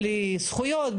בלי זכויות,